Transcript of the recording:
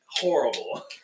horrible